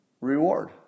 Reward